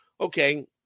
okay